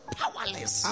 powerless